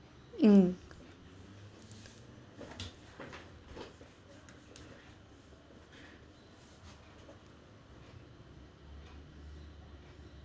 mm